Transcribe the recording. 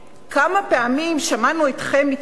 מה קרה עם מכשירי ה-MRI?